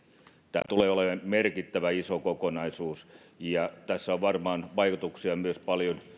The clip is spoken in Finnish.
tämä tulee olemaan merkittävä iso kokonaisuus ja tässä varmaan myös on vaikutuksia paljon